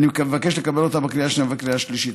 ואני מבקש מכם לקבל אותה בקריאה השנייה ובקריאה השלישית.